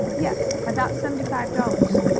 yes, about seventy-five dollars.